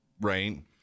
right